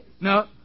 No